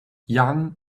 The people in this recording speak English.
young